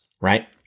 right